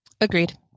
Agreed